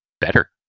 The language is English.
better